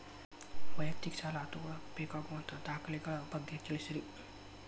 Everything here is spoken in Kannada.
ವೈಯಕ್ತಿಕ ಸಾಲ ತಗೋಳಾಕ ಬೇಕಾಗುವಂಥ ದಾಖಲೆಗಳ ಬಗ್ಗೆ ತಿಳಸ್ರಿ